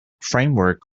framework